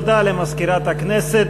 תודה למזכירת הכנסת.